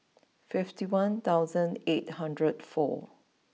fifty one thousand eight hundred and four